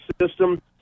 system